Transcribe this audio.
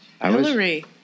Hillary